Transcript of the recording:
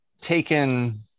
taken